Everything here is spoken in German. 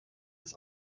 als